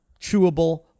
chewable